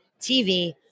TV